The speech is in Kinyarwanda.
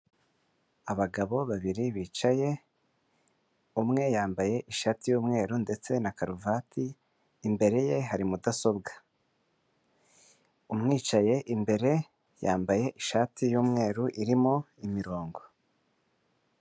Abagabo babiri bicaye, umwe yambaye ishati y'umweru ndetse na karuvati imbere ye hari mudasobwa. Umwicaye imbere yambaye ishati y'umweru irimo imirongo.